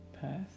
path